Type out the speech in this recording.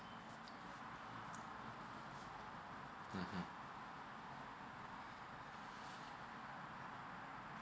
mmhmm